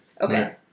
Okay